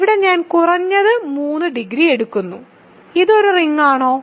ഇവിടെ ഞാൻ കുറഞ്ഞത് 3 ഡിഗ്രി എടുക്കുന്നു ഇത് ഒരു റിങ്ങാണോ